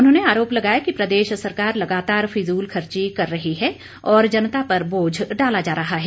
उन्होंने आरोप लगाया कि प्रदेश सरकार लगातार फिजूल खर्ची कर रही है और जनता पर बोझ डाला जा रहा है